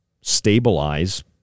stabilize